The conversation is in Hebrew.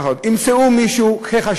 שבסוף ימצאו חשוד,